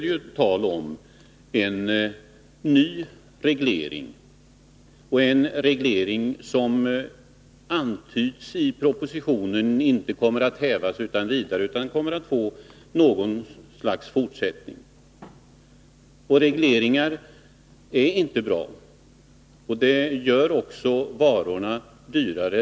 Det är tal om en ny reglering, som — vilket antyds i propositionen — inte kommer att hävas utan vidare utan kommer att få något slags fortsättning. Regleringar är inte bra. De gör bl.a. varorna dyrare.